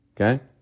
Okay